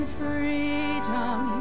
freedom